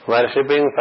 Worshipping